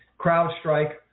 CrowdStrike